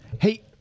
Hey